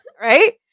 Right